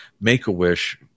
Make-A-Wish